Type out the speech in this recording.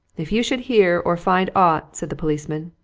if you should hear or find aught, said the policeman,